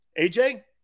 AJ